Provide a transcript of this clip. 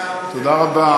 תודה רבה.